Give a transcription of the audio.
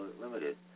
Limited